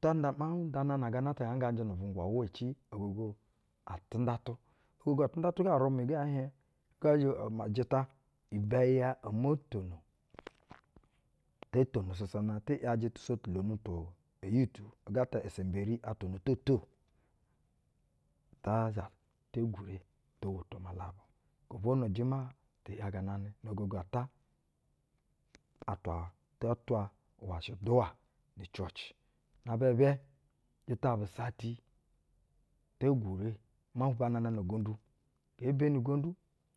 Ta nda, ma ndaa nan a gana ata nga nga njɛ nui-uvwungwa uwa ci ogogo atɛndatu. Ogogo atɛndatu ga urumɛ ga ɛɛ hieŋ, ga ozhe um ujita, ibɛ ya omo tono, oto tono, tɛ ‘yajɛ tusotulonu tu uyutu, ugata esemberi, atwa na too tu ta zha ete gwure oto woto mulabu. Gobonu ajuma, tɛ ‘yaganamɛ no ogogo ata, atwa ta twa uwa shi duwa nu ucwɛci. Na aba ibɛ, jita bu usati, te gwure, ma bananana ugondu, nge beni ugondu